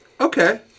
Okay